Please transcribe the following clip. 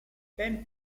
ben